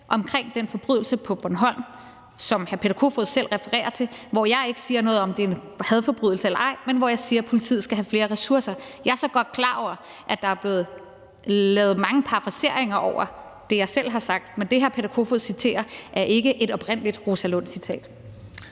omkring den forbrydelse på Bornholm, som han selv refererer til, hvor jeg ikke siger noget om, om det er en hadforbrydelse eller ej, men hvor jeg siger, at politiet skal have flere ressourcer. Jeg er så godt klar over, at der er blevet lavet mange parafraseringer over det, jeg har sagt, men det, hr. Peter Kofod citerer, er ikke et oprindeligt Rosa Lund-citat.